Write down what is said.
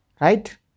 Right